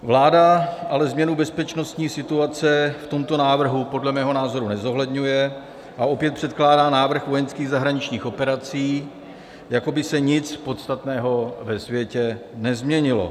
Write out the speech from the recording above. Vláda ale změnu bezpečnostní situace v tomto návrhu podle mého názoru nezohledňuje a opět předkládá návrh vojenských zahraničních operací, jako by se nic podstatného ve světě nezměnilo.